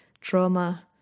trauma